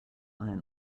iron